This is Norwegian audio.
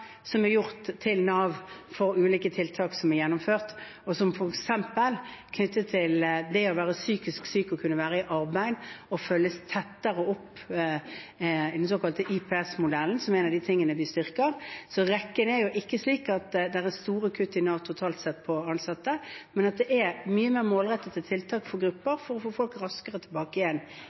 som er gjort til Nav for ulike tiltak som er gjennomført, og som f.eks. er knyttet til det å være psykisk syk, kunne være i arbeid og følges tettere opp i den såkalte IPS-modellen, som er en av de tingene vi styrker. Rekken er ikke slik at det er store kutt i Nav totalt sett når det gjelder ansatte, men det er mye mer målrettede tiltak for grupper, for å få folk raskere tilbake igjen